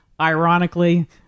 ironically